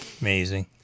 Amazing